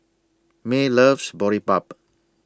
May loves Boribap